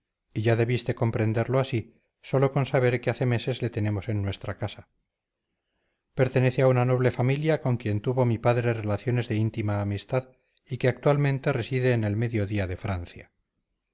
y ya debiste comprenderlo así sólo con saber que hace meses le tenemos en nuestra casa pertenece a una noble familia con quien tuvo mi padre relaciones de íntima amistad y que actualmente reside en el mediodía de francia